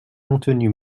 maintenu